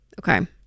Okay